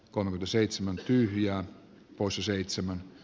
kononen seitsemän tyhjää poissa seitsemän